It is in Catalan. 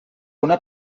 una